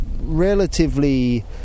relatively